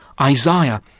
Isaiah